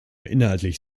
inhaltlich